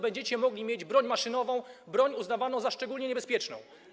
Będziecie mogli mieć broń maszynową, broń uznawaną za szczególnie niebezpieczną.